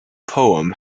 poem